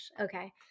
Okay